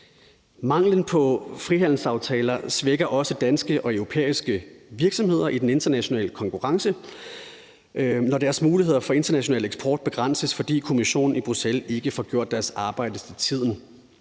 Manglen på frihandelsaftaler svækker også danske og europæiske virksomheder i den internationale konkurrence, når deres muligheder for international eksport begrænses, fordi Kommissionen i Bruxelles ikke får gjort deres arbejde til tiden.